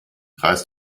reist